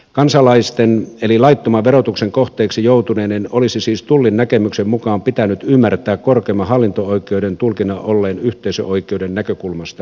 kansalaisten eli laittoman verotuksen kohteiksi joutuneiden olisi siis tullin näkemyksen mukaan pitänyt ymmärtää korkeimman hallinto oikeuden tulkinnan olleen yhteisöoikeuden näkökulmasta väärä